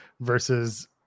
versus